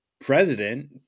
president